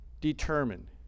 determine